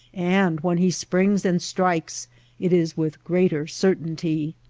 and when he springs and strikes it is with greater certainty.